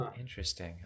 Interesting